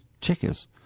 checkers